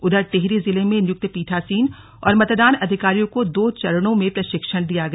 उधर टिहरी जिले में नियुक्त पीठासीन और मतदान अधिकारियों को दो चरणों में प्रशिक्षण दिया गया